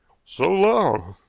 so long!